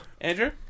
Andrew